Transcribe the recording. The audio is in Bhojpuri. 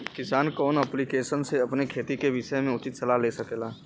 किसान कवन ऐप्लिकेशन से अपने खेती के विषय मे उचित सलाह ले सकेला?